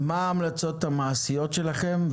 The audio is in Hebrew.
מה ההמלצות המעשיות שלכם?